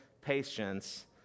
patience